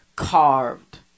carved